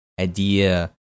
idea